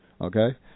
Okay